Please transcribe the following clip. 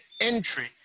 entry